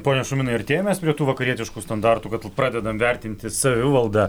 pone šuminai artėjam mes prie tų vakarietiškų standartų kad pradedam vertinti savivaldą